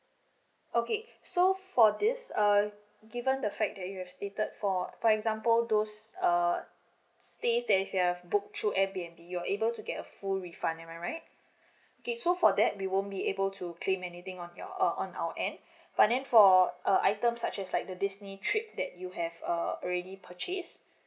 okay so for this um given the fact that you have stated for for example those err stays that you have booked through airbnb you're able to get a full refund am I right okay so for that we won't be able to claim anything on your uh on our end but then for uh items such as like the disney trip that you have uh already purchased